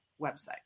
website